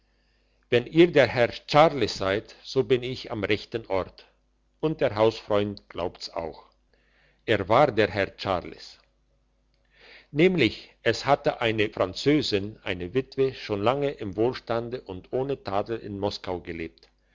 wenn ihr der herr charles seid so bin ich am rechten ort und der hausfreund glaubt's auch er war der herr charles nämlich es hatte eine französin eine witwe schon lange im wohlstande und ohne tadel in moskau gelebt